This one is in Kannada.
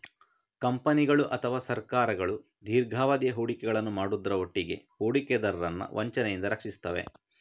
ಕಂಪನಿಗಳು ಅಥವಾ ಸರ್ಕಾರಗಳು ದೀರ್ಘಾವಧಿಯ ಹೂಡಿಕೆಗಳನ್ನ ಮಾಡುದ್ರ ಒಟ್ಟಿಗೆ ಹೂಡಿಕೆದಾರರನ್ನ ವಂಚನೆಯಿಂದ ರಕ್ಷಿಸ್ತವೆ